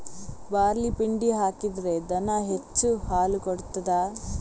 Barley ಪಿಂಡಿ ಹಾಕಿದ್ರೆ ದನ ಹೆಚ್ಚು ಹಾಲು ಕೊಡ್ತಾದ?